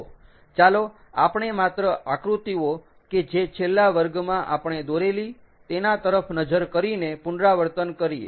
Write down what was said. તો ચાલો આપણે માત્ર આકૃતિઓ કે જે છેલ્લા વર્ગમાં આપણે દોરેલી તેના તરફ નજર કરીને પુનરાવર્તન કરીએ